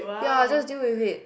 ya just deal with it